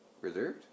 Reserved